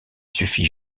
suffit